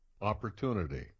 Opportunity